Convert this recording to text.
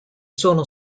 sono